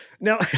Now